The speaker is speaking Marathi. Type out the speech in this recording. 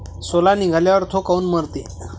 सोला निघाल्यावर थो काऊन मरते?